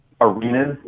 arenas